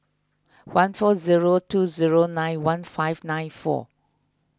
one four zero two zero nine one five nine four